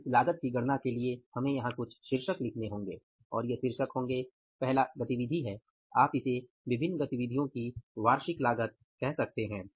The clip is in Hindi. तो इस लागत की गणना के लिए हमें यहाँ कुछ शीर्षक लिखने होंगे और ये शीर्षक होंगे पहला गतिविधि दूसरा है आप इसे विभिन्न गतिविधियों की वार्षिक लागत कह सकते हैं